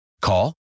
Call